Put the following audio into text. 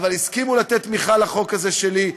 אבל הסכימו לתת תמיכה לחוק הזה שלי,